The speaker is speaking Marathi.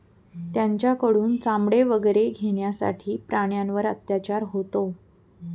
त्यांच्याकडून चामडे वगैरे घेण्यासाठी प्राण्यांवर अत्याचार होतो